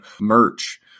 merch